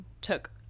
took